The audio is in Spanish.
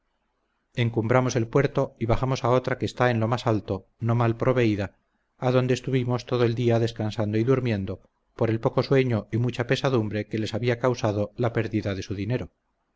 encumbramos el puerto y bajamos a otra que está en lo más bajo no mal proveída adonde estuvimos todo el día descansando y durmiendo por el poco sueño y mucha pesadumbre que les había causado la pérdida de su dinero